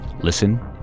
Listen